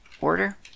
order